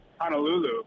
Honolulu